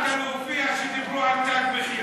פחדת להופיע כשדיברו על תג מחיר.